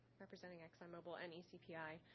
representing exxon mobile and ecpi.